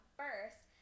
first